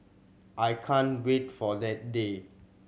I can't wait for that day